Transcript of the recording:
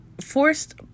forced